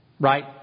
right